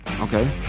Okay